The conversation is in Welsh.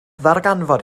ddarganfod